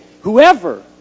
Whoever